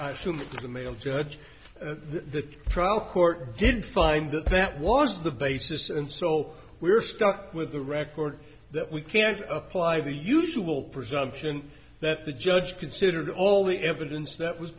d the male judge the trial court did find that that was the basis and so we're stuck with the record that we can't apply the usual presumption that the judge considered all the evidence that was